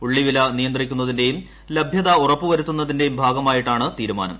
ഉള്ളിവില നിയന്ത്രിക്കുന്നതിന്റെയും ലഭ്യത ഉറപ്പു വരുത്തുന്നതിന്റെയും ഭാഗമായിട്ടാണ് തീരുമാനം